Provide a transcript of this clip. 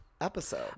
episode